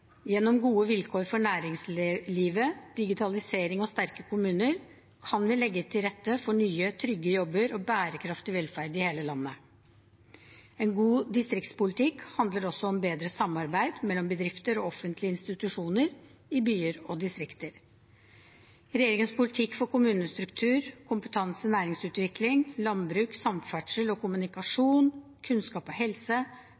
Gjennom gode vilkår for næringslivet, digitalisering og sterke kommuner kan vi legge til rette for nye, trygge jobber og bærekraftig velferd i hele landet. En god distriktspolitikk handler også om bedre samarbeid mellom bedrifter og offentlige institusjoner i byer og distrikter. Regjeringens politikk for kommunestruktur, kompetanse, næringsutvikling, landbruk, samferdsel og